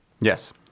Yes